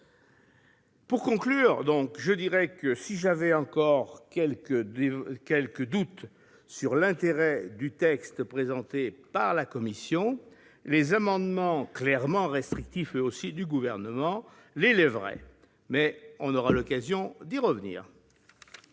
pour conclure, que, si j'avais encore quelques doutes sur l'intérêt du texte présenté par la commission, les amendements clairement restrictifs, eux aussi, du Gouvernement, les lèveraient. Mais nous aurons l'occasion d'y revenir.